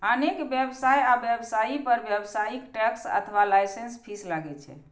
अनेक व्यवसाय आ व्यवसायी पर व्यावसायिक टैक्स अथवा लाइसेंस फीस लागै छै